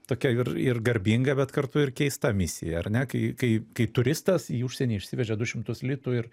tokia ir ir garbinga bet kartu ir keista misija ar ne kai kai kai turistas į užsienį išsivežė du šimtus litų ir